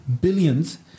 Billions